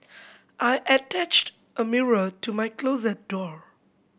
I attached a mirror to my closet door